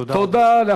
תודה רבה.